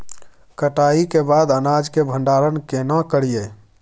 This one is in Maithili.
कटाई के बाद अनाज के भंडारण केना करियै?